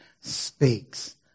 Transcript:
speaks